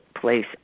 place